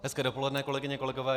Hezké dopoledne, kolegyně, kolegové.